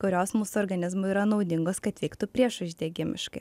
kurios mūsų organizmui yra naudingos kad veiktų priešuždegimiškai